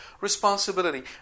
responsibility